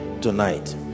tonight